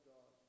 God